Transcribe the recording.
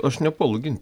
aš nepuolu ginti